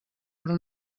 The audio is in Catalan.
però